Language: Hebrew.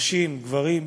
נשים וגברים,